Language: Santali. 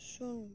ᱥᱩᱱ